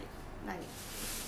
seventh month